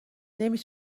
نمی